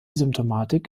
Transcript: symptomatik